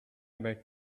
about